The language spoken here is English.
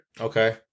Okay